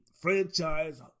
franchise